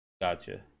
Gotcha